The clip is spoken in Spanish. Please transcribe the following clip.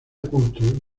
culto